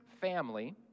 family